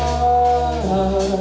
ah